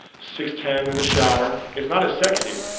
six ten in the shower, it's not as sexy,